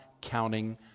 counting